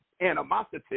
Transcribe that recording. animosity